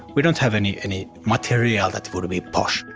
we don't have any any material that would be posh.